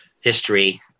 history